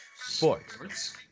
Sports